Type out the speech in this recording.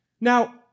Now